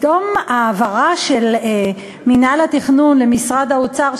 פתאום ההעברה של מינהל התכנון למשרד האוצר,